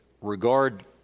regard